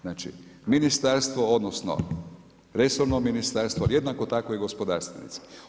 Znači Ministarstvo, odnosno resorno ministarstvo ali jednako tako i gospodarstvenici.